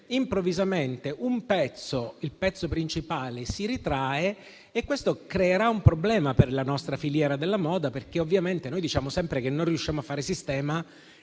improvvisamente un pezzo, quello principale, si è ritirato. Questo creerà un problema per la nostra filiera della moda, perché ovviamente noi diciamo sempre che non riusciamo a fare sistema,